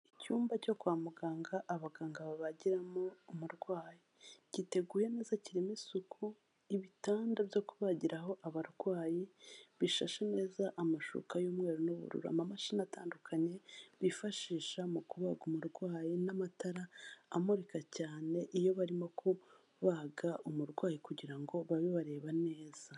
Icyumba cyo kwa muganga abaganga babagiramo umurwayi, giteguye neza kirimo isuku, ibitanda byo kubagiraho abarwayi, bishashe neza, amashuka y'umweru n'uburura, amamashini atandukanye, bifashisha mu kubaga umurwayi n'amatara amurika cyane iyo barimo kubaga umurwayi, kugira ngo babe bareba neza.